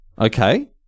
Okay